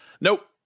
Nope